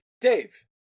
Dave